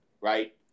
right